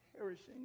perishing